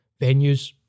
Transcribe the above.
venues